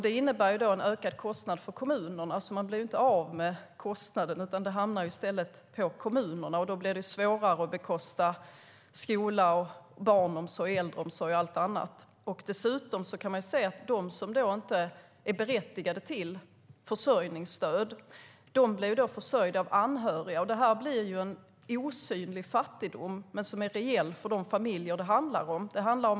Det innebär en ökad kostnad för kommunerna. Man blir alltså inte av med kostnaden, utan den hamnar i stället på kommunerna, och då blir det svårare att bekosta skola, barnomsorg, äldreomsorg och allt annat. De som inte är berättigade till försörjningsstöd blir försörjda av anhöriga. Det blir fråga om en osynlig fattigdom, men den är reell för de familjer som berörs.